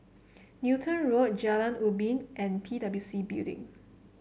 Newton Road Jalan Ubin and P W C Building